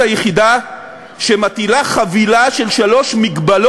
כרגע יש לנו לחלופין,